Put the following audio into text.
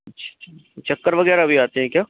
अच्छा अच्छ चक्कर वग़ैरह भी आती है क्या